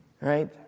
Right